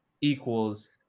equals